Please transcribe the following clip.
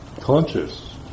conscious